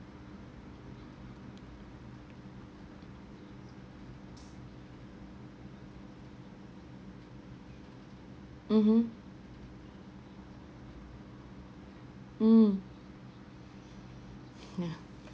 mmhmm mm yeah